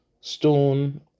stone